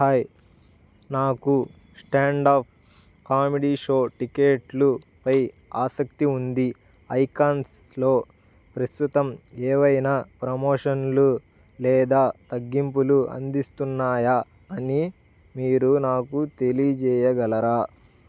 hi నాకు stand up comedy show టిక్కెట్లుపై ఆసక్తి ఉంది ఐకాన్స్లో ప్రస్తుతం ఏవైనా ప్రమోషన్లు లేదా తగ్గింపులు అందిస్తున్నాయా అని మీరు నాకు తెలియజేయగలరా